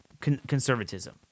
conservatism